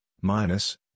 minus